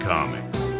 Comics